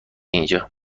اینجا